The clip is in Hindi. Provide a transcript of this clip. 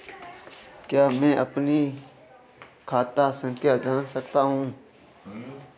क्या मैं अपनी खाता संख्या जान सकता हूँ?